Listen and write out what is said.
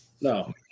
No